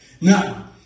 Now